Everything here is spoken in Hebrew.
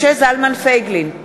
נגד משה זלמן פייגלין,